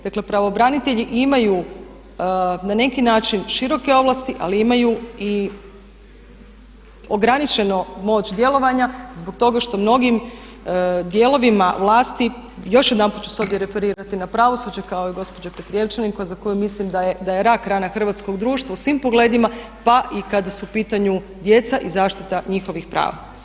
Dakle, pravobranitelji imaju na neki način široke ovlasti ali imaju i ograničeno moć djelovanja zbog toga što mnogim dijelovima vlasti još jedanput ću se ovdje referirati na pravosuđe kao i gospođa Petrijevčanin za koju mislim da je rak rana hrvatskom društvu u svim pogledima pa kada su u pitanju djeca i zaštita njihovih prava.